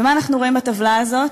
ומה אנחנו רואים בטבלה הזאת?